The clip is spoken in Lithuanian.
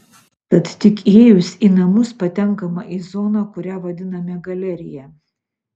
tad tik įėjus į namus patenkama į zoną kurią vadiname galerija